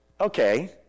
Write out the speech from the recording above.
okay